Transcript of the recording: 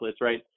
right